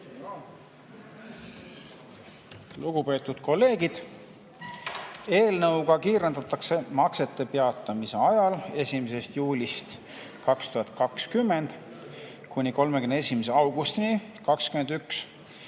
Lugupeetud kolleegid! Eelnõuga kiirendatakse maksete peatamise ajal, 1. juulist 2020 kuni 31. augustini 2021